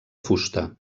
fusta